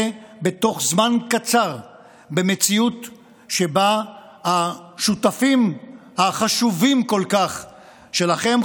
בתוך זמן קצר במציאות שבה השותפים החשובים כל כך שלכם,